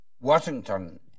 Washington